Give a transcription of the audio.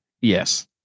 yes